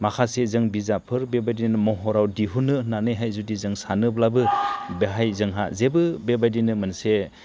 माखासे जों बिजाबफोर बेबादिनो महराव दिहुननो होननानैहाय जों सानोब्लाबो बेहाय जोंहा जेबो बेबादिनो मोनसे